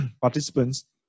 participants